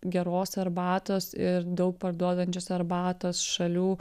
geros arbatos ir daug parduodančios arbatos šalių